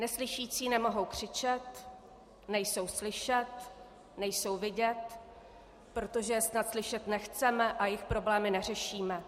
Neslyšící nemohou křičet, nejsou slyšet, nejsou vidět, protože je snad slyšet nechceme a jejich problémy neřešíme.